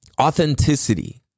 authenticity